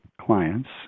clients